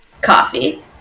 Coffee